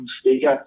speaker